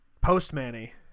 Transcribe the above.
post-Manny